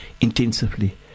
intensively